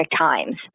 times